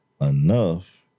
enough